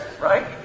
right